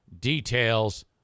Details